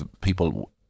people